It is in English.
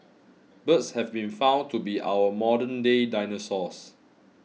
birds have been found to be our modernday dinosaurs